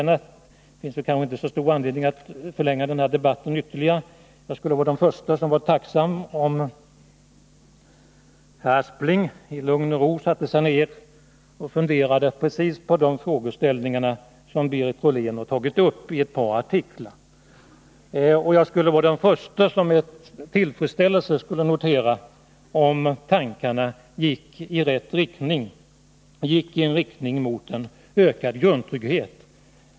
Det finns kanske inte stor anledning att förlänga denna debatt ytterligare, men jag skulle vara tacksam om herr Aspling i lugn och ro satte sig ned och funderade precis på de frågeställningar som Berit Rollén tagit upp i ett par artiklar. Jag skulle vara den förste att med tillfredsställelse notera om tankarna gick i rätt riktning, dvs. mot ökad grundtrygghet.